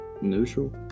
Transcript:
Neutral